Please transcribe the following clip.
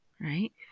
right